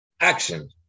Action